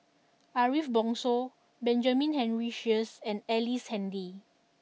Ariff Bongso Benjamin Henry Sheares and Ellice Handy